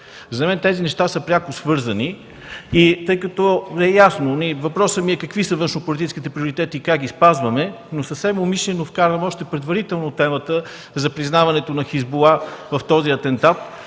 За мен тези неща са пряко свързани. Въпросът ми е какви са външнополитическите приоритети и как ги спазваме, но съвсем умишлено вкарвам предварително темата за признаването на „Хизбула” в този атентат